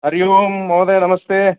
हरिः ओम् महोदय नमस्ते